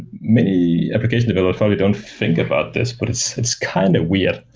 many application developers probably don't think about this, but it's it's kind of weird.